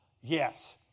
Yes